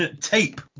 Tape